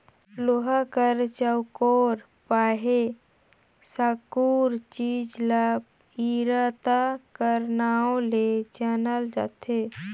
लोहा कर चउकोर पहे साकुर चीज ल इरता कर नाव ले जानल जाथे